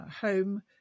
home